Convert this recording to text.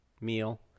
meal